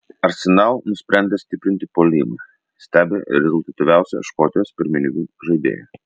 arsenal nusprendė stiprinti puolimą stebi rezultatyviausią škotijos pirmenybių žaidėją